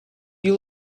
you